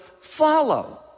follow